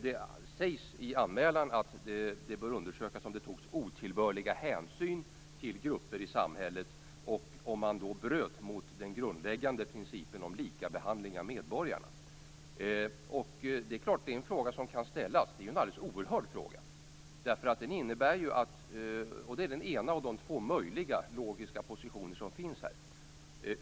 Det sägs i anmälan att det bör undersökas om det togs otillbörliga hänsyn till grupper i samhället och om man då bröt mot den grundläggande principen om likabehandling av medborgarna. Det är självfallet en fråga som kan ställas, och det är en alldeles oerhörd fråga. Det här är den ena av de två möjliga logiska positioner som finns här.